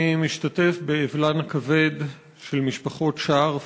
אני משתתף באבלן הכבד של משפחות שער,